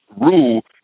rule